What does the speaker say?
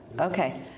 okay